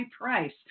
Price